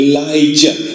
Elijah